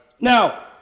Now